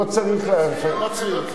לא צריך, זו לא צביעות.